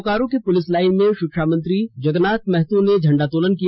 बोकारो के police line में षिक्षामंत्री जगन्नाथ महतो ने झंडोत्तोलन किया